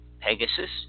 Pegasus